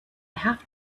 have